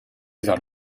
vers